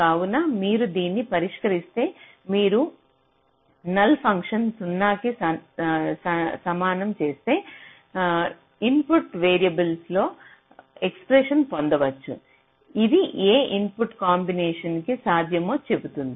కావున మీరు దాన్ని పరిష్కరిస్తే మీరు నల్ ఫంక్షన్ 0 కి సన్మానం చేస్తే ఇన్పుట్ వేరియబుల్స్ తో ఎక్స్ప్రెషన్ పొందవచ్చు ఇది ఏ ఇన్పుట్ కాంబినేషన్ కీ సాధ్యమో చెబుతుంది